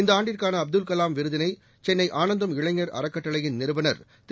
இந்த ஆண்டுக்கான அப்துல்கலாம் விருதினை சென்னை ஆனந்தம் இளைஞர் அறக்கட்டளையின் நிறுவனர் திரு